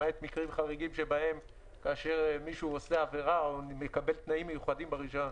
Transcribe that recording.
למעט מקרים חריגים שבהם מישהו עושה עברה או מקבל תנאים מיוחדים ברישיון.